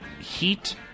heat